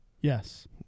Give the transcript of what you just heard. Yes